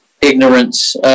ignorance